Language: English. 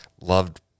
loved